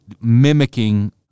mimicking